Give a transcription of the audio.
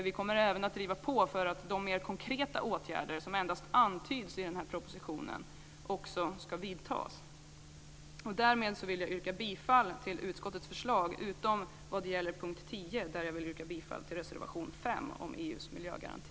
Vi kommer även att driva på för att de mer konkreta åtgärder som endast antyds i propositionen också ska vidtas. Därmed vill jag yrka bifall till utskottets förslag utom vad gäller punkt 10, där jag vill yrka bifall till reservation 5 om EU:s miljögaranti.